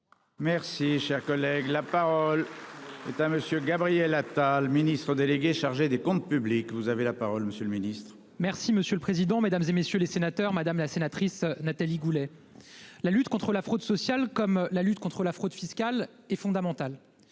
Merci cher quoi. La parole est à monsieur Gabriel. Attal Ministre délégué chargé des Comptes publics, vous avez la parole. Monsieur le Ministre. Merci monsieur le président, Mesdames, et messieurs les sénateurs, madame la sénatrice Nathalie Goulet. La lutte contre la fraude sociale, comme la lutte contre la fraude fiscale est fondamental.